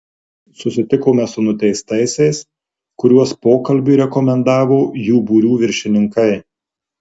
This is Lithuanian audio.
susitikome su nuteistaisiais kuriuos pokalbiui rekomendavo jų būrių viršininkai